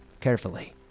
Carefully